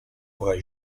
vrai